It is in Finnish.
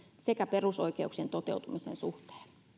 sekä perusoikeuksien toteutumisen suhteen